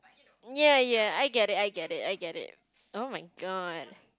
ya ya I get it I get it I get it oh-my-god